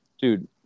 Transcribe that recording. Dude